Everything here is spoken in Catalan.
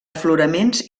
afloraments